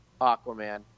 Aquaman